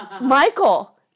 Michael